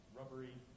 rubbery